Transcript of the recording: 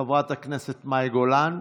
חברת הכנסת מאי גולן,